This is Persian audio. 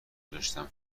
میذاشتم